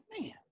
man